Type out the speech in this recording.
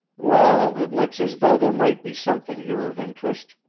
well, it looks as though there might be something here of interest,